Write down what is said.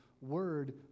word